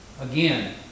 Again